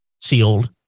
sealed